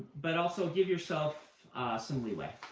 but also give yourself some leeway.